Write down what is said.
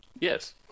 Yes